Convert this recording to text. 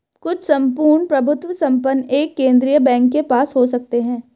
कुछ सम्पूर्ण प्रभुत्व संपन्न एक केंद्रीय बैंक के पास हो सकते हैं